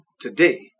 today